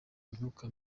imyuka